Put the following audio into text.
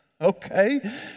okay